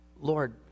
Lord